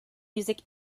music